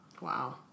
Wow